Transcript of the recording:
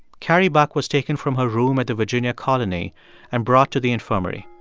carrie buck was taken from her room at the virginia colony and brought to the infirmary.